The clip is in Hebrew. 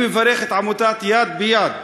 אני מברך את עמותת "יד ביד",